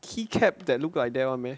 key cap that look like that [one] meh